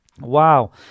Wow